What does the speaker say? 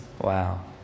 Wow